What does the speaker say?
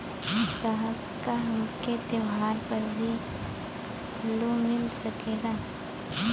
साहब का हमके त्योहार पर भी लों मिल सकेला?